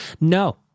No